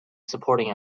supporting